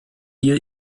hier